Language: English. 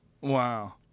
Wow